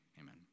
Amen